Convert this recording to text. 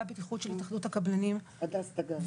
הבטיחות של התאחדות הקבלנים וההסתדרות.